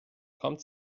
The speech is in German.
kommt